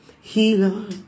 healer